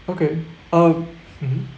okay um mmhmm